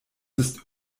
ist